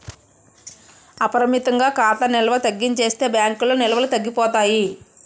అపరిమితంగా ఖాతా నిల్వ తగ్గించేస్తే బ్యాంకుల్లో నిల్వలు తగ్గిపోతాయి